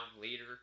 later